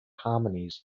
harmonies